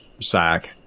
sack